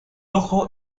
ojo